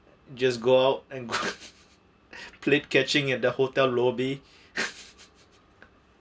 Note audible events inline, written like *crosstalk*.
just go out and *laughs* play catching at the hotel lobby